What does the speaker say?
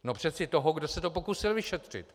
No přeci toho, kdo se to pokusil vyšetřit!